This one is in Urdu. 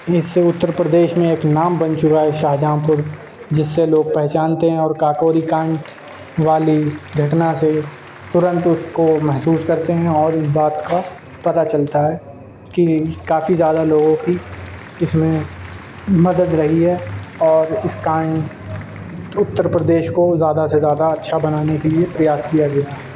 اس اتر پردیش میں ایک نام بن چکا ہے شاہ جہاں پور جس سے لوگ پہچانتے ہیں اور کاکوری کانڈ والی گھٹنا سے ترنت اس کو محسوس کرتے ہیں اور اس بات کا پتا چلتا ہے کہ کافی زیادہ لوگوں کی اس میں مدد رہی ہے اور اس کانڈ اتر پردیش کو زیادہ سے زیادہ اچھا بنانے کے لیے پریاس کیا گیا